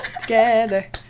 Together